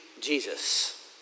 Jesus